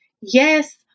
Yes